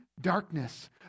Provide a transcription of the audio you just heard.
darkness